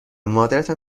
مادرتان